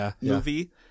movie